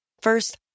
First